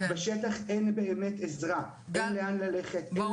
בשטח אין באמת עזרה, אין לאן ללכת, אין למי לפנות.